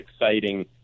exciting